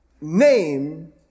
name